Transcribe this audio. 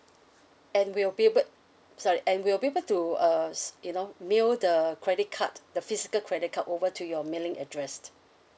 and we'll be able sorry and we'll be able to uh s~ you know mail the credit card the physical credit card over to your mailing address